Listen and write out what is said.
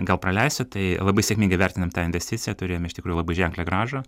gal praleisiu tai labai sėkmingai vertinam tą investiciją turėjom iš tikrųjų labai ženklią grąžą